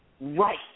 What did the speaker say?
right